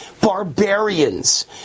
barbarians